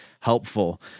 helpful